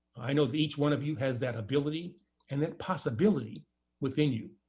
i know that each one of you has that ability and that possibility within you.